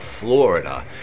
Florida